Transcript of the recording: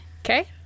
okay